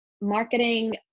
marketing